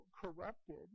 corrupted